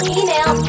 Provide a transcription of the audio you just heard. email